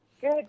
Good